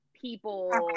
people